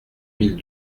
mille